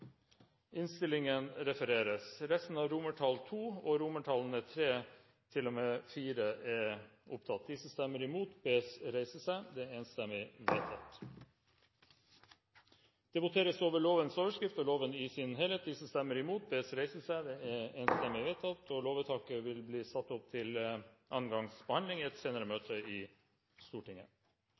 innstillingen. Det voteres over lovens overskrift og loven i sin helhet. Lovvedtaket vil bli ført opp til annen gangs behandling i et senere møte i Stortinget.